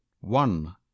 One